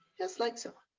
just like so.